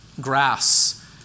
grass